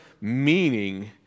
meaning